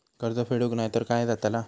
कर्ज फेडूक नाय तर काय जाताला?